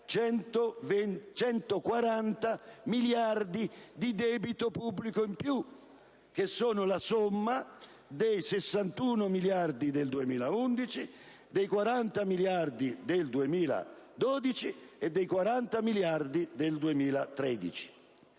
140 miliardi di debito pubblico in più, che sono la somma dei 61 miliardi del 2011, dei 40 miliardi del 2012 e dei 40 miliardi del 2013.